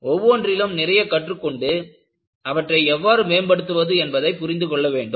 ஒவ்வொன்றிலும் நிறைய கற்றுக் கொண்டு அவற்றை எவ்வாறு மேம்படுத்துவது என்பதை புரிந்து கொள்ள வேண்டும்